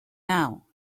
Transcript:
now